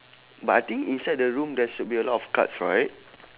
but I think inside the room there should be a lot of cards right